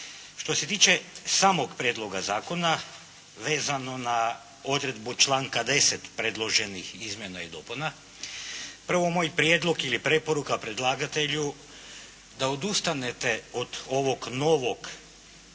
Što se tiče samog prijedloga zakona vezano na odredbu članka 10. predloženih izmjena i dopuna prvo moj prijedlog ili preporuka predlagatelju da odustanete od ovog novog